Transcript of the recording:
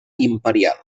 imperial